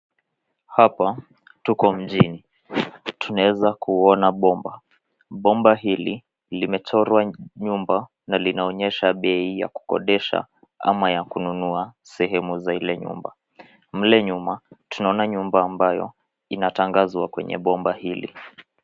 Hapa tuko mjini, tunaweza kuona bomba. Bomba hili limechorwa nyumba na linaonyesha bei ya kukodesha ama ya kununua sehemu za ile nyumba. Mle nyuma tunaona nyumba ambayo inatangazwa kwenye bomba hili.